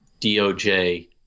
DOJ